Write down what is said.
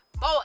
boy